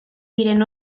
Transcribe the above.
diren